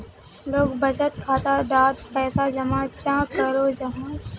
लोग बचत खाता डात पैसा जमा चाँ करो जाहा?